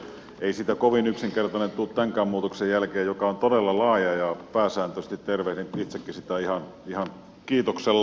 ei siitä kovin yksinkertainen tule tämänkään muutoksen jälkeen joka on todella laaja ja pääsääntöisesti tervehdin itsekin sitä ihan kiitoksella